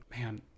man